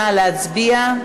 נא להצביע.